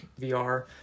VR